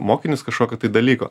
mokinius kažkokio dalyko